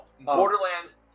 Borderlands